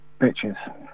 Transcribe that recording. bitches